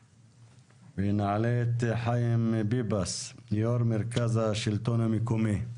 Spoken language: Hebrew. נעלה את חיים ביבס, יו"ר מרכז השלטון המקומי.